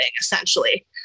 essentially